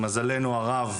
למזלנו הרב,